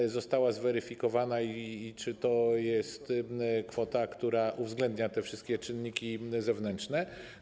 Czy została zweryfikowana i czy to jest kwota, która uwzględnia te wszystkie czynniki zewnętrzne?